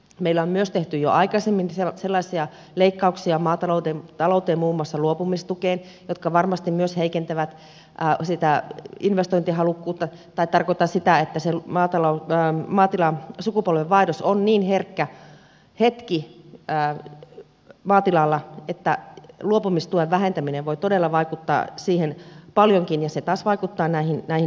meillä on myös tehty jo aikaisemmin sellaisia leikkauksia maatalouteen muun muassa luopumistukeen jotka varmasti myös heikentävät sitä investointihalukkuutta tai tarkoitan sitä että se maatilan sukupolvenvaihdos on niin herkkä hetki maatilalla että luopumistuen vähentäminen voi todella vaikuttaa siihen paljonkin ja se taas vaikuttaa näihin investointeihin